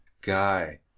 guy